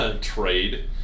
trade